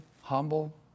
humble